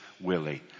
Willie